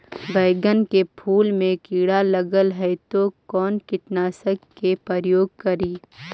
बैगन के फुल मे कीड़ा लगल है तो कौन कीटनाशक के प्रयोग करि?